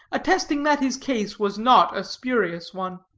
attesting that his case was not a spurious one.